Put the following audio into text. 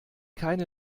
keine